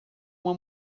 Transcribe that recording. uma